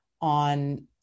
on